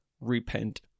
repent